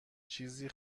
چیزی